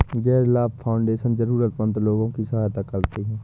गैर लाभ फाउंडेशन जरूरतमन्द लोगों की सहायता करते हैं